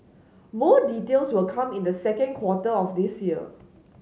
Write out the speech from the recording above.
more details will come in the second quarter of this year